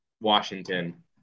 Washington